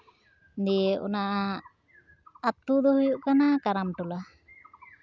ᱫᱤᱭᱮ ᱚᱱᱟ ᱟᱹᱛᱩ ᱫᱚ ᱦᱩᱭᱩᱜ ᱠᱟᱱᱟ ᱠᱟᱨᱟᱢ ᱴᱚᱞᱟ